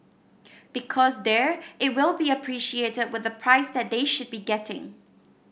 because there it will be appreciated with the price that they should be getting